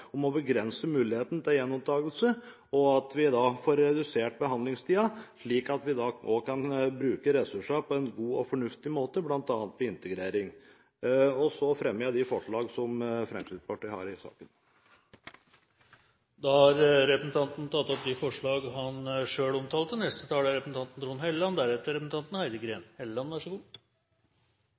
om å begrense muligheten til gjenopptakelse, og at vi da får redusert behandlingstiden, slik at vi kan bruke ressursene på en god og fornuftig måte, bl.a. til integrering. Jeg tar opp de forslagene som Fremskrittspartiet har i saken. Representanten Morten Ørsal Johansen har tatt opp de forslagene han refererte til. Det synes å være bred enighet om at omgjøringsbegjæringer, som ikke er